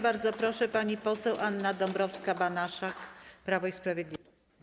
Bardzo proszę, pani poseł Anna Dąbrowska-Banaszak, Prawo i Sprawiedliwość.